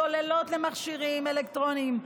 סוללות למכשירים אלקטרוניים,